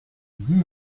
dix